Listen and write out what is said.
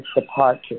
departure